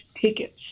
tickets